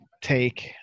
take